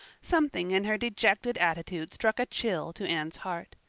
something in her dejected attitude struck a chill to anne's heart.